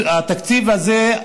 התקציב הזה,